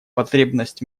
потребность